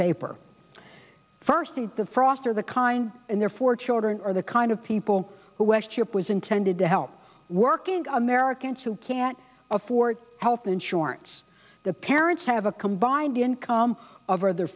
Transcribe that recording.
paper first the frost or the kind and therefore children are the kind of people who s chip was intended to help working americans who can't afford health insurance the parents have a combined income of or the